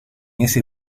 ese